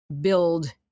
build